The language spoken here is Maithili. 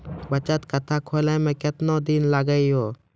बचत खाता खोले मे केतना दिन लागि हो?